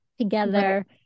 together